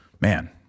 man